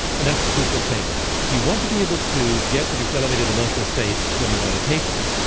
and that's a crucial thing you want to be able to get to these elevated emotional states when you're in meditation.